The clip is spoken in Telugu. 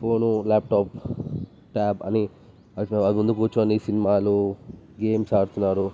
ఫోను ల్యాప్టాప్ ట్యాబ్ అని వాటి ముందు కూర్చుని సినిమాలు గేమ్స్ ఆడుతున్నారు